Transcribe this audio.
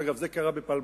אגב, זה קרה בפלמחים.